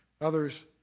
others